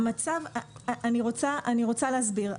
אני רוצה להסביר.